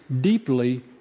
deeply